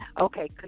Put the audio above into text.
Okay